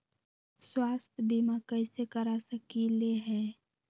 स्वाथ्य बीमा कैसे करा सकीले है?